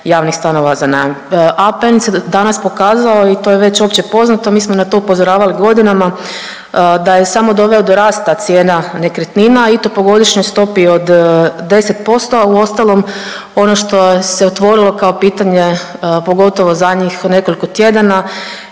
javnih stanova za najam. APN se danas pokazao i to je već općepoznato, mi smo na to upozoravali godinama, da je samo doveo do rasta cijena nekretnina i to po godišnjoj stopi od 10%, a uostalom ono što se otvorilo kao pitanje, pogotovo u zadnjih nekoliko tjedana,